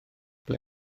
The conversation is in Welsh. ble